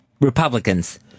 Republicans